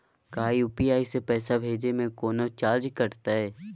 का यू.पी.आई से पैसा भेजे में कौनो चार्ज कटतई?